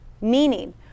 Meaning